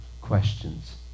questions